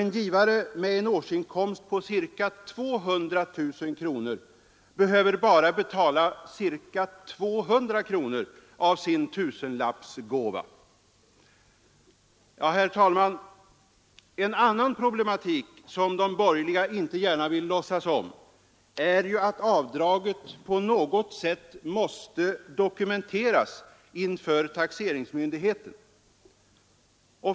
En givare med en årsinkomst på ca 200 000 kronor behöver bara betala ca 200 kronor av sin tusenlappsgåva. En annan problematik som de borgerliga inte gärna vill låtsas om är att avdraget på något sätt måste dokumenteras inför taxeringsmyndigheten.